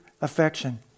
affection